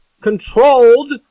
controlled